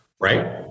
right